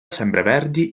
sempreverdi